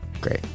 great